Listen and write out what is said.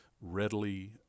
readily